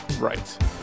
Right